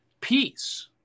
peace